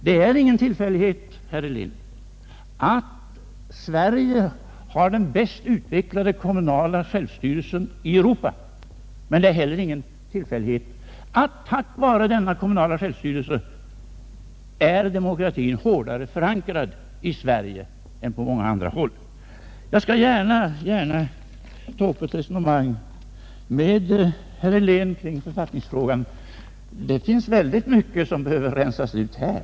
Det är ingen tillfällighet, herr Helén, att Sverige har den bäst utvecklade kommunala självstyrelsen i Europa, men det är heller ingen tillfällighet att demokratin tack vare denna kommunala självstyrelse är fastare förankrad i Sverige än på många andra håll. Jag skall mycket gärna ta upp ett resonemang med herr Helén kring författningsfrågan — det finns väldigt mycket som behöver rensas ut där.